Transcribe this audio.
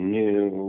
new